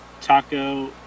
taco